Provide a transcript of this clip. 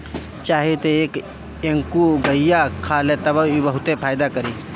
चाही त एके एहुंगईया खा ल तबो इ बहुते फायदा करी